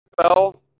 spell